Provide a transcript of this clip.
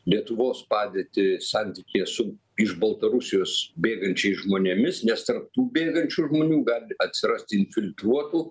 lietuvos padėtį santykyje su iš baltarusijos bėgančiais žmonėmis nes tarp tų bėgančių žmonių gali atsirasti infiltruotų